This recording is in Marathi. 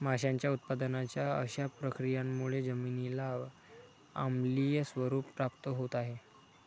माशांच्या उत्पादनाच्या अशा प्रक्रियांमुळे जमिनीला आम्लीय स्वरूप प्राप्त होत आहे